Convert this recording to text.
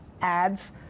ads